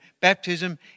Baptism